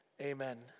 Amen